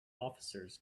officers